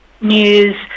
news